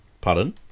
Pardon